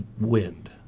wind